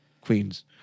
Queens